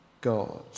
God